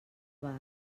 bar